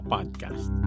Podcast